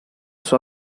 sua